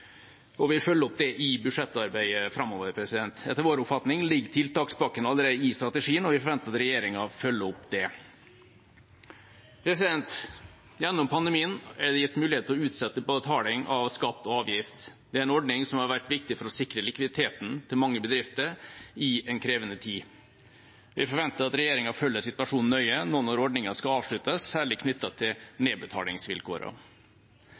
og vi vil følge opp det i budsjettarbeidet framover. Etter vår oppfatning ligger tiltakspakken allerede i strategien, og vi forventer at regjeringen følger opp det. Gjennom pandemien er det gitt mulighet til å utsette betaling av skatt og avgift. Det er en ordning som har vært viktig for å sikre likviditeten til mange bedrifter i en krevende tid. Vi forventer at regjeringen følger situasjonen nøye nå når ordningen skal avsluttes, særlig knyttet til